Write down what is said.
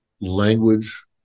language